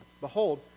Behold